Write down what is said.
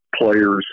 players